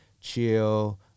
chill